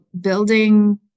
building